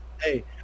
Hey